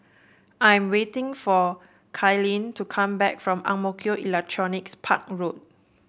I am waiting for Kailyn to come back from Ang Mo Kio Electronics Park Road